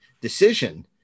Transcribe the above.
decision